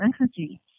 energy